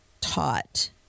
taught